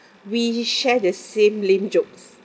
we share the same lame jokes